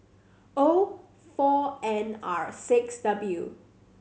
O four N R six W